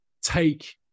take